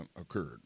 occurred